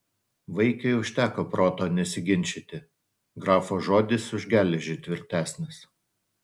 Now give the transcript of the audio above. vaikiui užteko proto nesiginčyti grafo žodis už geležį tvirtesnis